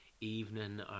Evening